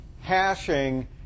hashing